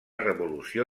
revolució